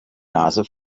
nase